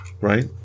right